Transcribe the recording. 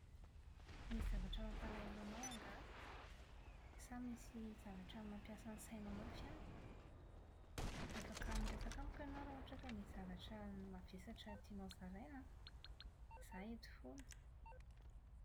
Misy zavatra mampalahelo anao angaha? Sa misy zavatra mampiasa ny sainao mafy any? Afaka miresaka amiko ianao raha ohatra ka misy zavatra mavesatra tianao zaraina an! Izaho eto foana.